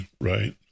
right